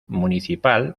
municipal